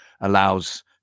allows